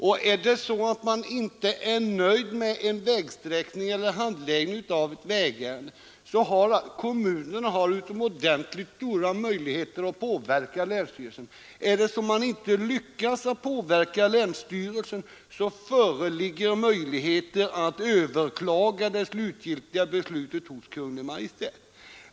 Från kommunernas sida har man utomordentligt stora möjligheter att påverka länsstyrelsen, om man inte är nöjd med en vägsträckning eller handläggningen av ett vägärende. Om man inte lyckas påverka länsstyrelsen, föreligger möjligheter att överklaga det slutgiltiga beslutet hos Kungl. Maj:t.